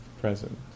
present